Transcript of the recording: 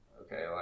okay